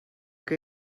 que